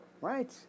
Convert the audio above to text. right